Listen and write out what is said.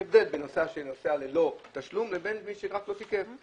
שיש הבדל בין מי שנוסע ללא תשלום לבין מי שרק לא תיקף.